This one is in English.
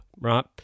right